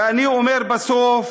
ואני אומר בסוף